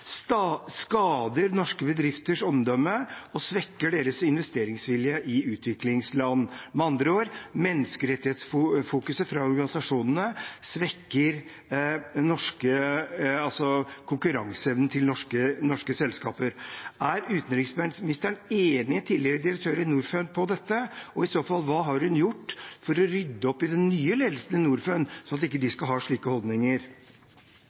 skader norske bedrifters omdømme og svekker deres investeringsvilje i utviklingsland. Med andre ord: Menneskerettighetsfokuset fra organisasjonene svekker konkurranseevnen til norske selskaper. Er utenriksministeren enig med tidligere direktør i Norfund i dette, og i så fall hva har hun gjort for å rydde opp i den nye ledelsen i Norfund, sånn at de ikke skal ha slike holdninger?